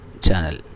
channel